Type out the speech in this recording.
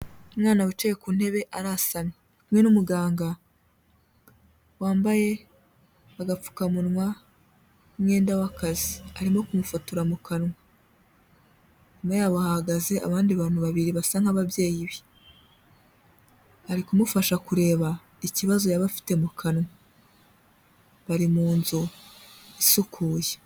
Umwana wicaye ku ntebe arasamye, ari kumwe n'umuganga, wambaye agapfukamunwa n'umwenda w'akazi, arimo kumufotora mu kanwa. Inyuma yabo hahagaze abandi bantu babiri basa nk'ababyeyi be, ari kumufasha kureba, ikibazo yaba afite mu kanwa, bari mu nzu, isukuye.